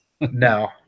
No